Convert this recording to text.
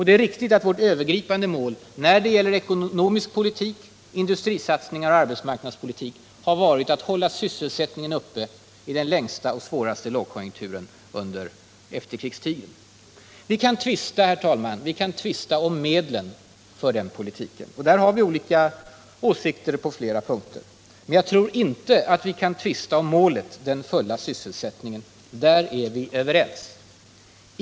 Det är riktigt att vårt övergripande mål när det gäller ekonomisk politik, industrisatsningar och arbetsmarknadspolitik har varit att hålla sysselsättningen uppe i den längsta och svåraste lågkonjunkturen under efterkrigstiden. Vi kan tvista om medlen för den politiken — och där har vi olika åsikter på flera punkter — men jag tror inte att vi kan tvista om målet, den fulla sysselsättningen. Där är vi överens.